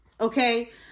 Okay